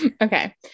Okay